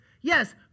yes